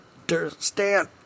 understand